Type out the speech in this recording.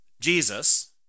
Jesus